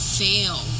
fail